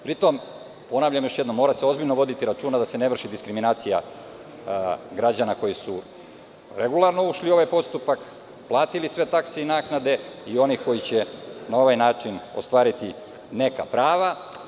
Ponavljam još jednom, mora se ozbiljno voditi računa da se ne vrši diskriminacija građana koji su regularno ušli u ovaj postupak, platili sve takse i naknade i one koji će na ovaj način ostvariti neka prava.